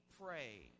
pray